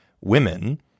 women